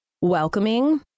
welcoming